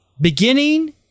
beginning